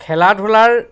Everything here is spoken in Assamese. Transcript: খেলা ধূলাৰ